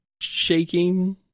shaking